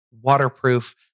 waterproof